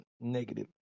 negative